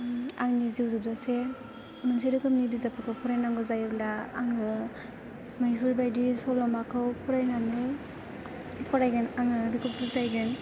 आंनि जिउ जोबजासे मोनसे रोखोमनि बिजाबफोरखौ फरायनांगौ जायोब्ला आङो मैहुर बायदि सल'माखौ फरायनानै फरायगोन आङो बेखौ बुजायगोन